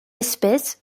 espèce